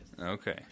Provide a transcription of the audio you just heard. Okay